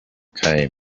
came